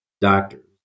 doctors